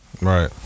right